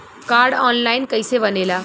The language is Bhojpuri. कार्ड ऑन लाइन कइसे बनेला?